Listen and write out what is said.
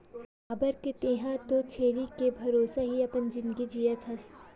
काबर के तेंहा तो छेरी के भरोसा ही अपन जिनगी जियत हस